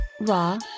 Raw